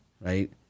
right